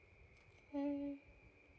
mm